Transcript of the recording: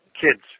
kids